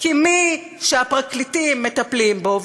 כי מי שהפרקליטים מטפלים בו,